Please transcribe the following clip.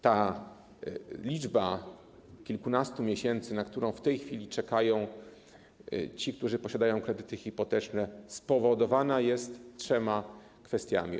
Ta liczba kilkunastu miesięcy, czyli tyle ile w tej chwili czekają ci, którzy posiadają kredyty hipoteczne, spowodowana jest trzema kwestiami.